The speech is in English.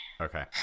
okay